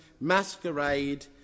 masquerade